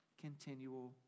continual